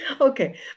Okay